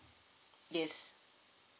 yes